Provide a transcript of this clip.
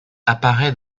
apparaît